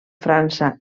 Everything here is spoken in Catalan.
frança